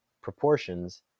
proportions